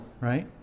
right